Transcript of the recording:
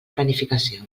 planificació